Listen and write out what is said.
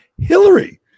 Hillary